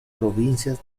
provincias